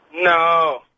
No